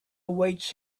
awaits